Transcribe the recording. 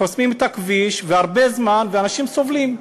חוסמים את הכביש הרבה זמן, ואנשים סובלים.